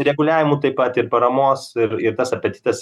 reguliavimų taip pat ir paramos ir ir tas apetitas